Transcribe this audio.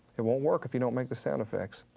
it won't work if you don't make the sound effects.